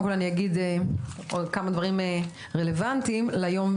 קודם כל אני אגיד כמה דברים רלוונטיים ליום,